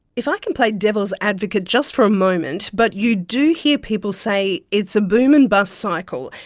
if i can play devil's advocate just for a moment, but you do hear people say it's a boom and bust cycle,